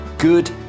good